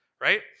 right